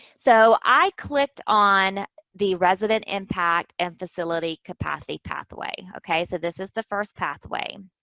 so i clicked on the resident impact and facility capacity pathway. okay? so, this is the first pathway.